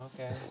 Okay